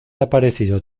aparecido